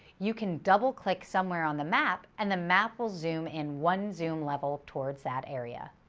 you can double click somewhere on the map and the map will zoom in one zoom level towards that area.